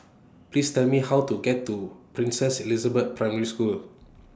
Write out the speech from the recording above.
Please Tell Me How to get to Princess Elizabeth Primary School